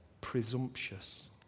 presumptuous